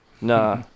Nah